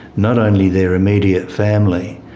not only their immediate family,